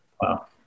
Wow